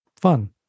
fun